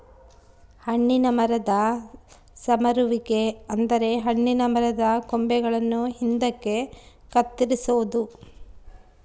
ಹಣ್ಣಿನ ಮರದ ಸಮರುವಿಕೆ ಅಂದರೆ ಹಣ್ಣಿನ ಮರದ ಕೊಂಬೆಗಳನ್ನು ಹಿಂದಕ್ಕೆ ಕತ್ತರಿಸೊದು